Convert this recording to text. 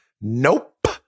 Nope